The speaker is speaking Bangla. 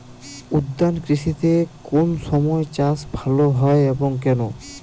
উদ্যান কৃষিতে কোন সময় চাষ ভালো হয় এবং কেনো?